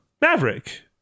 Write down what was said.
Maverick